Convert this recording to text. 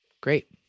Great